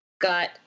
got